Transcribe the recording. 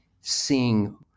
seeing